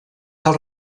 cal